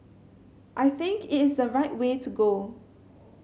I think it is the right way to go